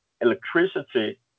electricity